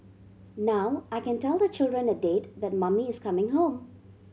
now I can tell the children a date that mummy is coming home